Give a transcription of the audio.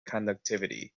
conductivity